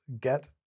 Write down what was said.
get